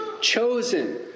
chosen